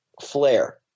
flare